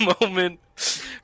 moment